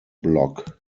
block